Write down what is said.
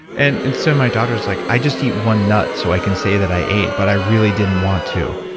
and and so, my daughter's like, i just eat one nut so i can say that i ate, but i really didn't want to.